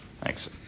Thanks